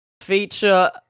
feature